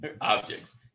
objects